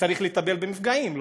וצריך לטפל במפגעים,